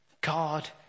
God